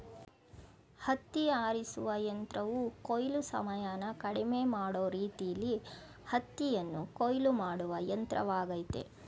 ಹತ್ತಿ ಆರಿಸುವ ಯಂತ್ರವು ಕೊಯ್ಲು ಸಮಯನ ಕಡಿಮೆ ಮಾಡೋ ರೀತಿಲೀ ಹತ್ತಿಯನ್ನು ಕೊಯ್ಲು ಮಾಡುವ ಯಂತ್ರವಾಗಯ್ತೆ